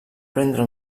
prendre